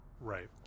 Right